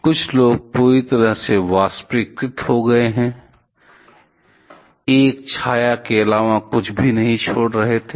कुछ लोग पूरी तरह से वाष्पीकृत हो गए थे एक छाया के अलावा कुछ भी नहीं छोड़ रहे थे